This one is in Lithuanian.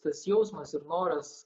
tas jausmas ir noras